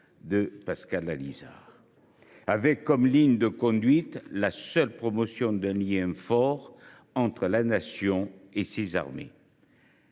ma position, avec comme ligne de conduite la seule promotion d’un lien fort entre la Nation et ses armées.